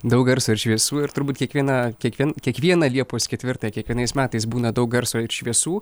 daug garso ir šviesų ir turbūt kiekvieną kiekvien kiekvieną liepos ketvirtąją kiekvienais metais būna daug garso ir šviesų